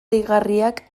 deigarriak